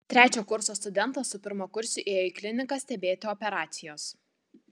trečio kurso studentas su pirmakursiu ėjo į kliniką stebėti operacijos